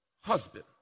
husband